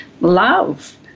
Love